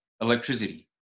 electricity